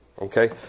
Okay